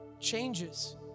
changes